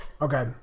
Okay